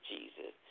Jesus